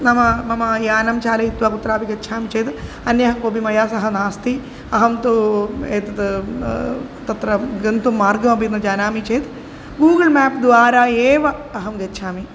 नाम मम यानं चालयित्वा कुत्रापि गच्छामि चेद् अन्यः कोऽपि मया सह नास्ति अहं तु एतत् तत्र गन्तुं मार्गमपि न जानामि चेत् गूगळ् मेप् द्वारा एव अहं गच्छामि